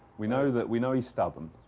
we know that. we know he's stubborn.